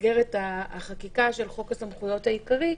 במסגרת החקיקה של חוק הסמכויות העיקרי,